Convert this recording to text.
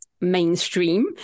mainstream